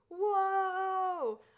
Whoa